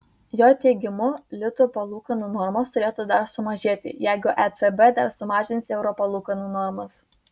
jo teigimu litų palūkanų normos turėtų dar sumažėti jeigu ecb dar sumažins euro palūkanų normas